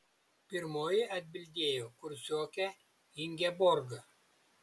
pirmoji atbildėjo kursiokė ingeborga